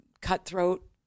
cutthroat